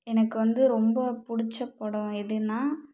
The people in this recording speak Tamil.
எனக்கு வந்து ரொம்ப பிடிச்ச படம் எதுன்னால்